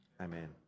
Amen